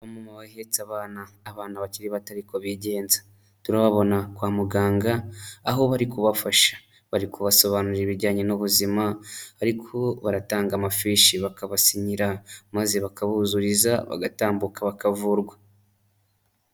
Abamama bahetse abana, abana bakiri bato ariko bigenza. Turababona kwa muganga aho bari kubafasha. Bari kubasobanurira ibijyanye n'ubuzima ariko baratanga amafishi bakabasinyira maze bakabuzuriza bagatambuka bakavurwa.